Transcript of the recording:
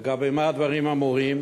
במה הדברים אמורים?